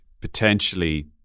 potentially